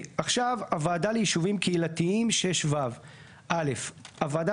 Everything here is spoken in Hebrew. הוועדה ליישובים קהילתיים 6ו. (א) הוועדה